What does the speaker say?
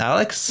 Alex